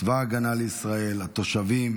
צבא ההגנה לישראל, התושבים,